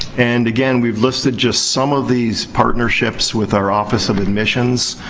and, again, we've listed just some of these partnerships with our office of admissions.